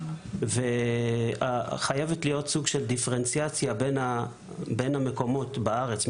חייבת להיות דיפרנציאציה בין המקומות בארץ,